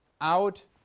out